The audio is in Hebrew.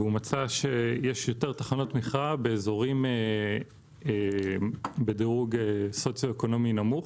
והוא מצא שיש יותר תחנות מכירה באזורים בדירוג סוציו-אקונומי נמוך.